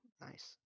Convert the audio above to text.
Nice